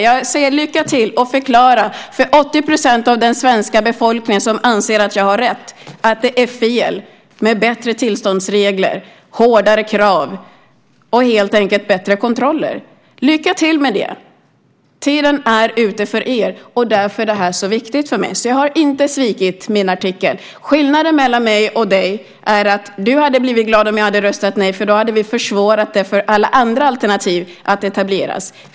Jag säger: Lycka till med att förklara för de 80 procenten av den svenska befolkningen som anser att jag har rätt att det skulle vara fel med bättre tillståndsregler, hårdare krav och helt enkelt bättre kontroller. Lycka till med det. Tiden är ute för er. Därför är det här så viktigt för mig. Jag har inte svikit min artikel. Skillnaden mellan mig och dig är att du hade blivit glad om jag hade röstat nej. Då hade vi försvårat för alla andra alternativ att etableras.